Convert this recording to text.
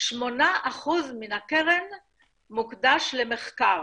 8% ממנה מוקדש למחקר.